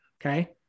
Okay